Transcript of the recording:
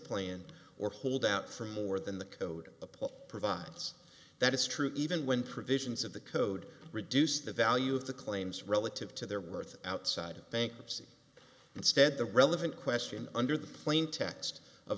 plan or hold out for more than the code the poll provides that is true even when provisions of the code reduce the value of the claims relative to their worth outside bankruptcy instead the relevant question under the plaintext of